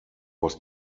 was